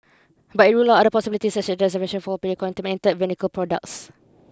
But it ruled out other possibilities as diversion foul play contaminated medical products